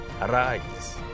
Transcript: Arise